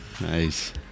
nice